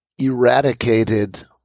eradicated